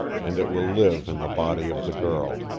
and it will live in the body of the girl,